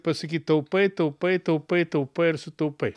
pasakyt taupai taupai taupai taupai ir sutaupai